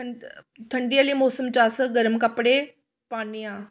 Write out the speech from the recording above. ठण्डे आह्ले मोसम च अस गर्म कपड़े पान्ने आं